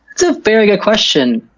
so very good question.